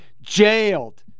jailed